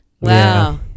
wow